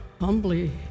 humbly